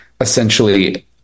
essentially